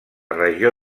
regió